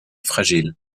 fragile